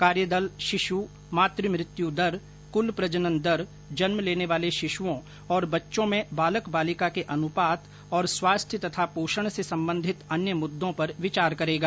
कार्यदल शिशु मातृ मृत्यु दर कुल प्रजनन दर जन्म लेने वाले शिशुओं और बच्चों में बालक बालिका के अनुपात और स्वास्थ्य तथा पोषण से संबंधित अन्य मुद्दों पर विचार करेगा